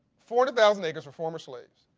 forty thousand acres for former slaves,